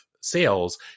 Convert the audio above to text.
sales